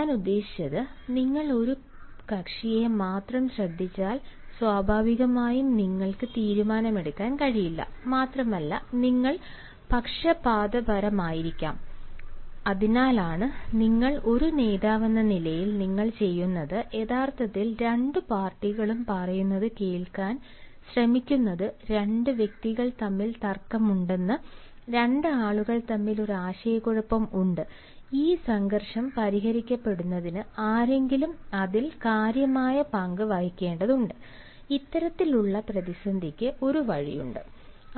ഞാൻ ഉദ്ദേശിക്കുന്നത് നിങ്ങൾ ഒരു കക്ഷിയെ മാത്രം ശ്രദ്ധിച്ചാൽ സ്വാഭാവികമായും നിങ്ങൾക്ക് തീരുമാനമെടുക്കാൻ കഴിയില്ല മാത്രമല്ല നിങ്ങൾ പക്ഷപാതപരമായിരിക്കാം അതിനാലാണ് നിങ്ങൾ ഒരു നേതാവെന്ന നിലയിൽ നിങ്ങൾ ചെയ്യുന്നത് യഥാർത്ഥത്തിൽ രണ്ട് പാർട്ടികളും പറയുന്നത് കേൾക്കാൻ ശ്രമിക്കുന്നത് രണ്ട് വ്യക്തികൾ തമ്മിൽ തർക്കമുണ്ടെന്ന് രണ്ട് ആളുകൾ തമ്മിൽ ഒരു ആശയക്കുഴപ്പം ഉണ്ട് ഈ സംഘർഷം പരിഹരിക്കപ്പെടുന്നതിന് ആരെങ്കിലും അതിൽ കാര്യമായ പങ്ക് വഹിക്കേണ്ടതുണ്ട് ഇത്തരത്തിലുള്ള പ്രതിസന്ധിക്ക് ഒരു വഴിയുണ്ട്